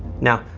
now,